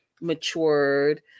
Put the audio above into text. matured